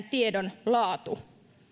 tiedon laatu